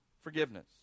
forgiveness